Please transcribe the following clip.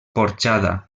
porxada